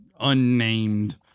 unnamed